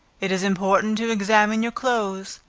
it is important to examine your clothes,